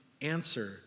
Answer